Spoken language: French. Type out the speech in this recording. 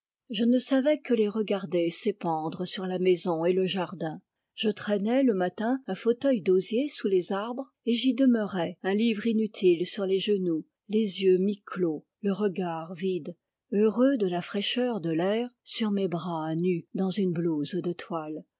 je ne savais que les regarder s'épandre sur la maison et le jardin je traînais le matin un fauteuil d'osier sous les arbres et j'y demeurais un livre inutile sur les genoux les yeux mi-clos le regard vide heureux de la fraîcheur de l'air sur mes bras nus dans une blouse de toile